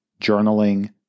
journaling